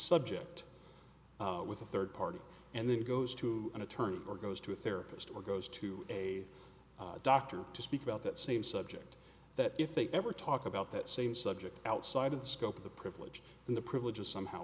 subject with a third party and then goes to an attorney or goes to a therapist or goes to a doctor to speak about that same subject that if they ever talk about that same subject outside of the scope of the privilege and the privilege is somehow